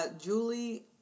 Julie